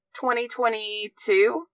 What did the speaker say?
2022